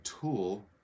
tool